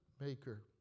maker